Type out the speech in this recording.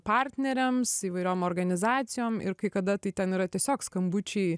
partneriams įvairiom organizacijom ir kai kada tai ten yra tiesiog skambučiai